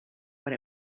what